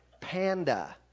panda